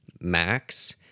max